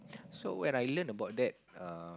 so when I learn about that err